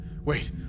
wait